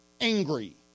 angry